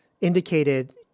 indicated